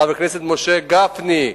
חבר הכנסת משה גפני.